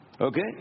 Okay